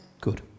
Good